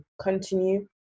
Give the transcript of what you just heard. continue